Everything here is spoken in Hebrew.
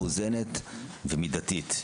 מאוזנת ומידתית.